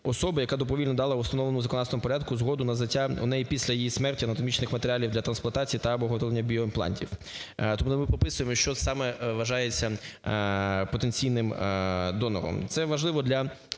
особи, яка добровільно дала в установленому законодавством порядку згоду на взяття у неї після її смерті анатомічних матеріалів для трансплантації та/або видалення біоімплантів. Тому ми прописуємо, що саме вважається потенційним донором. Це важливо для